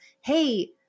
hey